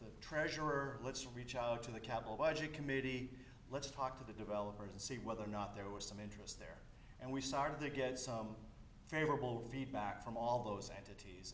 the treasurer let's reach out to the capital budget committee let's talk to the developers and see whether or not there was some interest and we started to get some favorable review back from all those entities